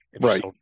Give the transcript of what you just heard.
right